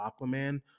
Aquaman